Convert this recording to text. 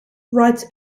writes